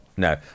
No